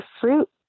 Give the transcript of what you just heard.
fruit